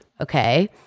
Okay